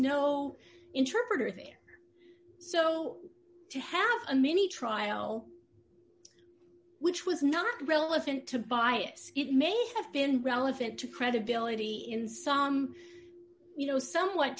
no interpreter there so to have a mini trial which was not relevant to bias it may have been relevant to credibility in some you know somewhat